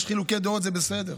יש חילוקי דעות, זה בסדר,